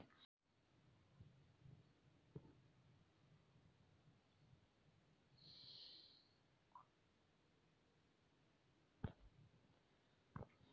धान की खेती के लिए सर्वाधिक आदर्श मृदा कौन सी है?